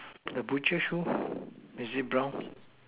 the butcher shoe is it brown